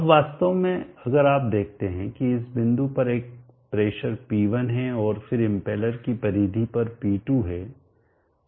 अब वास्तव में अगर आप देखते हैं कि इस बिंदु पर एक प्रेशर P1 है और फिर इम्पेलर की परिधि पर P2 है